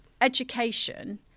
education